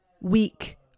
weak